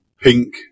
pink